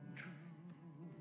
true